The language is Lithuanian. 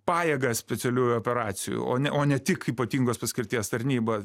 pajėgas specialiųjų operacijų o ne o ne tik ypatingos paskirties tarnybą